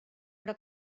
però